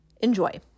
enjoy